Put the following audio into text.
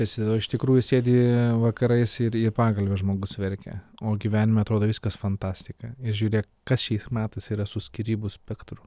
esi o iš tikrųjų sėdi vakarais ir į pagalvę žmogus verkia o gyvenime atrodo viskas fantastika ir žiūrėk kas šiais metais yra su skyrybų spektru